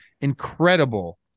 incredible